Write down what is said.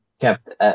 kept